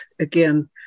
again